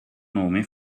nome